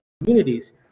communities